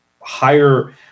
higher